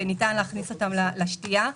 שניתן להכניס אותם לשתייה,